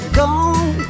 gone